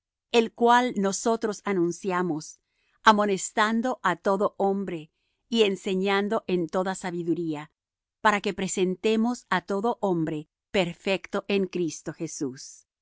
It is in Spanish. el cual nosotros anunciamos amonestando á todo hombre y enseñando en toda sabiduría para que presentemos á todo hombre perfecto en cristo jesús